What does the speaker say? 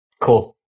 Cool